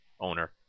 owner